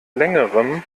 längerem